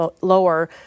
lower